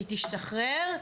היא תשתחרר,